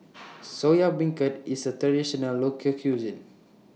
Soya Beancurd IS A Traditional Local Cuisine